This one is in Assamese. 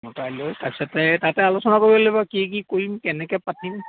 তাতে আলোচনা কৰি লাগিব কি কি কৰিম কেনেকে পাতিম